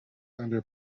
under